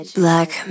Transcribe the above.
black